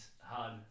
hard